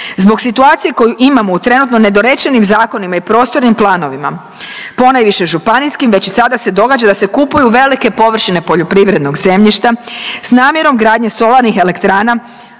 Zbog situacije koju imamo u trenutno nedorečenim zakonima i prostornim planovima ponajviše županijskim već i sada se događa da se kupuju velike površine poljoprivrednog zemljišta s namjerom gradnje solarnih elektrana